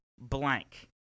blank